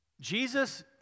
Jesus